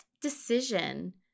decision